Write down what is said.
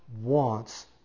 wants